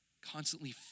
constantly